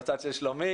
בצד של שלומי,